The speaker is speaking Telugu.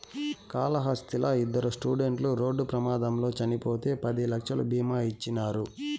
కాళహస్తిలా ఇద్దరు స్టూడెంట్లు రోడ్డు ప్రమాదంలో చచ్చిపోతే పది లక్షలు బీమా ఇచ్చినారు